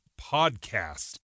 podcast